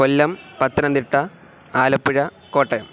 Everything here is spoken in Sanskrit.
कोल्लं पत्तनन्दिट्ट आलप्पुर कोटयम्